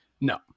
No